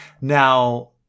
Now